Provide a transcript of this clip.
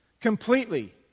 completely